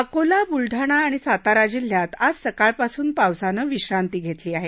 अकोला बुलडाणा आणि सातारा जिल्ह्यात आज सकाळपासून पावसानं विश्रांती घेतली आहे